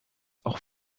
auch